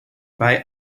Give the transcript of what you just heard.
bei